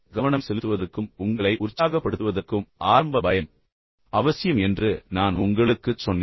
கவனம் செலுத்துவதற்கும் உங்களை உற்சாகப்படுத்துவதற்கும் ஆரம்ப பயம் அவசியம் என்று நான் உங்களுக்குச் சொன்னேன்